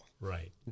Right